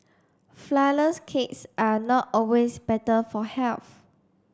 flourless cakes are not always better for health